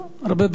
הרבה בריאות.